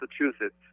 Massachusetts